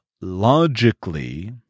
logically